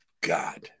God